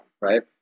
right